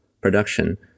production